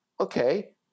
Okay